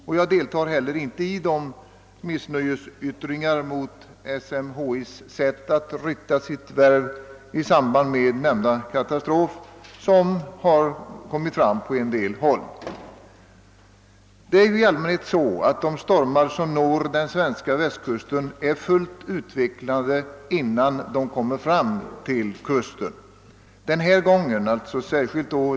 Jag instämmer inte heller i de missnöjesyttringar mot SMHI:s sätt att rykta sitt värv i samband med nämnda katastrof som har försports från en del håll. Det är i allmänhet så att de stormar som når den svenska västkusten är fullt utvecklade innan de kommer fram till kusten.